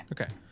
Okay